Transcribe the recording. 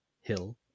hill